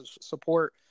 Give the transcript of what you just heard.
support